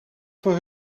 voor